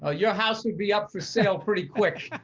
ah your house would be up for sale pretty quick.